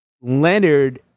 Leonard